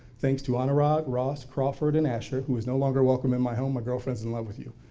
thanks to anurad, ross, crawford and asher, who is no longer welcome in my home, my girlfriend is in love with you.